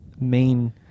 Main